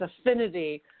Affinity